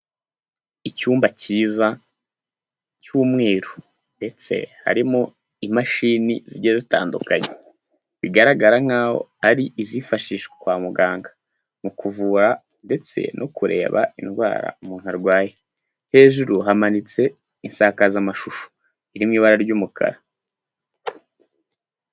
Icyumba cyiza cy'umweru ndetse harimo imashini zigiye zitandukanye bigaragara nkaho ari izifashishwa kwa muganga mu kuvura ndetse no kureba indwara umuntu arwaye, hejuru hamanitse isakazamashusho iri mu ibara ry'umukara.